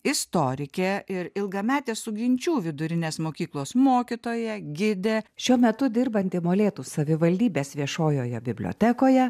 istorikė ir ilgametė suginčių vidurinės mokyklos mokytoja gidė šiuo metu dirbanti molėtų savivaldybės viešojoje bibliotekoje